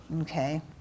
Okay